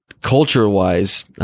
culture-wise